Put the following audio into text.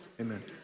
Amen